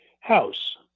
house